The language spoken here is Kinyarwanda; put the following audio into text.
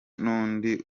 n’undi